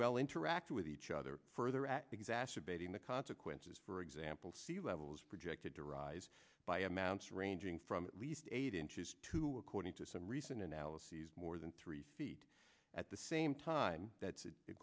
well interact with each other further at exacerbating the consequences for example sea levels projected to rise by amounts ranging from least eight inches to according to some recent analyses more than three feet at the same time that the